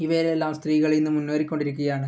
ഇവയിലെല്ലാം സ്ത്രീകളിന്ന് മുന്നേറി കൊണ്ടിരിക്കുകയാണ്